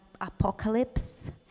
Apocalypse